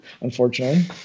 Unfortunately